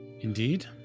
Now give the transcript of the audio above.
Indeed